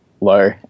low